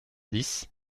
dix